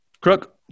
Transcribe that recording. Crook